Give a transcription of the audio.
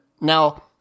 Now